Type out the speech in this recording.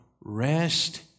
rest